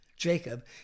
Jacob